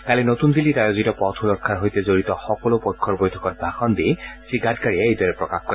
কালি নতুন দিল্লীত আয়োজিত পথ সুৰক্ষাৰ সৈতে জড়িত সকলো পক্ষৰ বৈঠকত ভাষণ দি শ্ৰী গাডকাৰীয়ে এইদৰে প্ৰকাশ কৰে